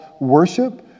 worship